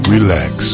Relax